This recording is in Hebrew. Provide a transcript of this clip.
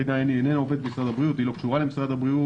אם היו פותחים עכשיו לרפואי --- אם היו פותחים את צוואר הבקבוק